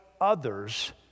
others